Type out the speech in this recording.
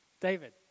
David